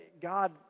God